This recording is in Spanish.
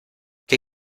qué